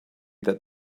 that